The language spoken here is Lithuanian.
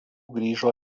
grįžo